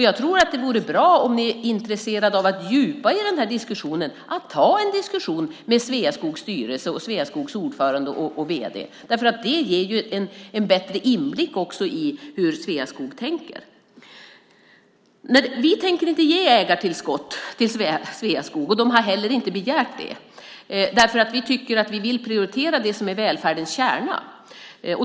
Jag tror att det vore bra om ni var intresserade av att ta en djupare diskussion med Sveaskogs styrelse, ordförande och vd. Det ger en bättre inblick i hur Sveaskog tänker. Vi tänker inte ge ägartillskott till Sveaskog. De har heller inte begärt det. Vi tycker att vi vill prioritera det som är välfärdens kärna.